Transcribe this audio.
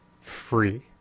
free